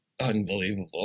unbelievable